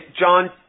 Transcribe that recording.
John